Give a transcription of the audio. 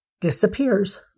disappears